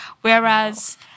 Whereas